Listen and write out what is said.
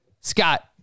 Scott